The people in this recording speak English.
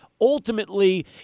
ultimately